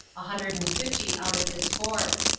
a hundred and fifty out of his fourth.